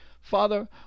father